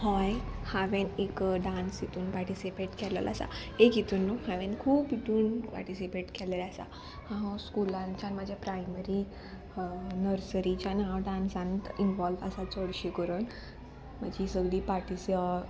हय हांवेन एक डांस हितून पार्टिसिपेट केल्लो आसा एक हितून न्हू हांवेन खूब हितून पार्टिसिपेट केल्लेले आसा हांव स्कुलानच्यान म्हाजे प्रायमरी नर्सरीच्यान हांव डांसान इनवॉल्व आसा चडशी करून म्हाजी सगळीं पार्टिसि